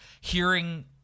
hearing